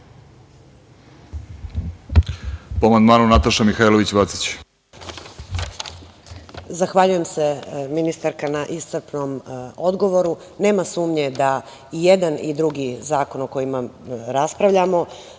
Zahvaljujem se ministarka na iscrpnom odgovoru. Nema sumnje da i jedan i drugi zakon o kojima raspravljamo